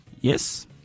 yes